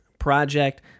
Project